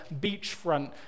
beachfront